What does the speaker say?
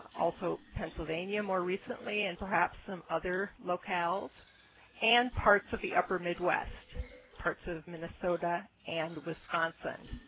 also pennsylvania more recently, and perhaps some other locales and parts of the upper midwest parts of minnesota and wisconsin.